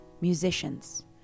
musicians